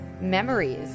Memories